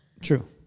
True